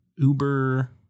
Uber